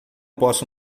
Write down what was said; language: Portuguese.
posso